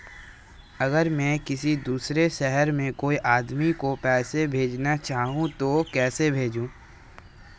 अगर मैं किसी दूसरे शहर में कोई आदमी को पैसे भेजना चाहूँ तो कैसे भेजूँ?